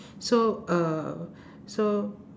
so uh so